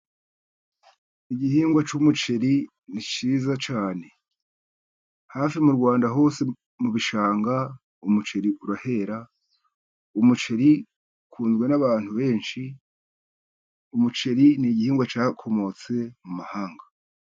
Igihingwa cy'umuceri ni cyiza cyane. Hafi mu Rwanda hose mu bishanga umuceri urahera. Umuceri ukunzwe n'abantu benshi, umuceri ni igihingwa cyakomotse mu mahanga.